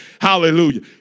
hallelujah